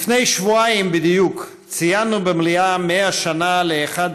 לפני שבועיים בדיוק ציינו במליאה 100 שנה לאחד